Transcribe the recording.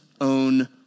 own